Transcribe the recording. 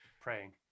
praying